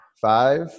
five